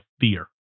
fear